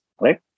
right